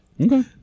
Okay